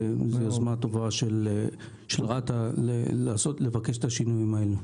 וזו יוזמה טובה של רת"א לבקש את השינויים האלה.